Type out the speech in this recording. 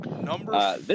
Number